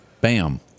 Bam